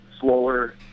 Slower